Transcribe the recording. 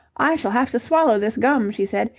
i shall have to swallow this gum, she said.